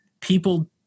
people